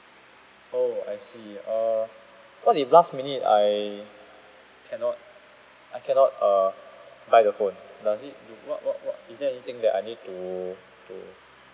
oh I see uh what if last minute I cannot I cannot uh buy the phone does it you what what what is there anything that I need to do